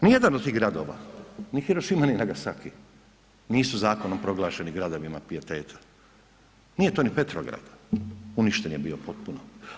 Ni jedan od tih gradova, ni Hirošima ni Nagasaki nisu zakonom proglašeni gradovima pijeteta, nije to ni Petrograd, uništen je bio potpuno.